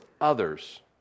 others